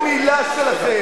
לא מאמינים לשום מלה שלכם.